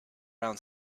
around